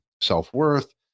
self-worth